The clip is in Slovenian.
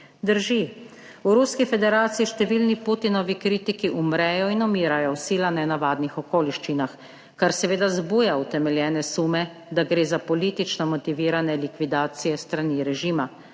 Drži, v Ruski federaciji številni Putinovi kritiki umrejo in umirajo v sila nenavadnih okoliščinah, kar seveda zbuja utemeljene sume, da gre za politično motivirane likvidacije s strani režima.